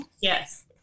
Yes